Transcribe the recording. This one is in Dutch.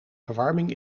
verwarming